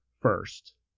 first